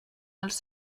els